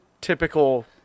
typical